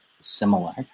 similar